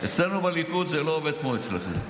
אצלנו בליכוד זה לא עובד כמו אצלכם.